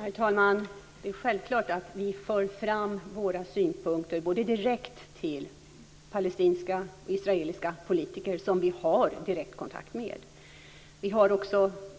Herr talman! Det är självklart att vi för fram våra synpunkter direkt till palestinska och israeliska politiker som vi har direktkontakt med.